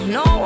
no